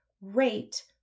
rate